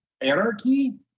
Anarchy